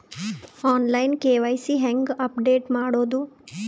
On line KYC ಹೇಂಗ update ಮಾಡೋದು?